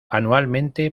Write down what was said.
anualmente